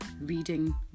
reading